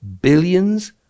billions